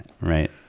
Right